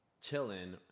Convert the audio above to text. chilling